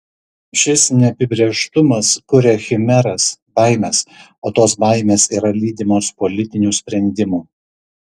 šis neapibrėžtumas kuria chimeras baimes o tos baimės yra lydimos politinių sprendimų